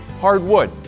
hardwood